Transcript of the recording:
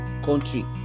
country